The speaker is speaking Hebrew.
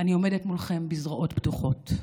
אני עומדת מולכם בזרועות פתוחות: